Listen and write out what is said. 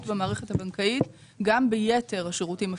במערכת הבנקאית גם ביתר השירותים הפיננסיים,